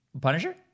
punisher